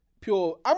pure